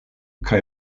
kaj